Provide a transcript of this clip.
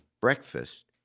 breakfast